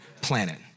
planet